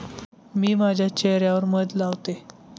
मी माझ्या चेह यावर मध लावते